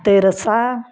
तेरसा